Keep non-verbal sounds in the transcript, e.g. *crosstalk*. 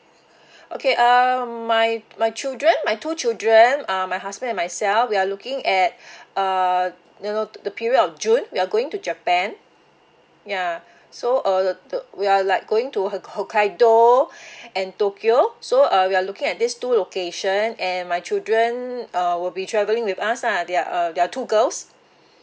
*breath* okay uh my my children my two children uh my husband and myself we are looking at *breath* uh you know the period of june we're going to japan ya *breath* so uh we are like going to hokkaido *breath* and tokyo so uh we are looking at this two location and my children uh will be travelling with us ah they are uh they are two girls